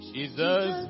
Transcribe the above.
Jesus